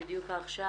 בדיוק עכשיו,